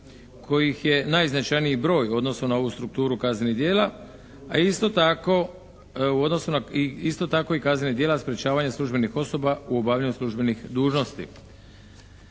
kojih je najznačajniji broj u odnosu na ovu strukturu kaznenih djela, a isto tako i kaznenih djela sprečavanja službenih osoba u obavljanju službenih dužnosti.